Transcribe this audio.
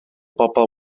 bobl